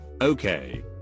Okay